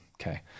Okay